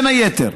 בין היתר,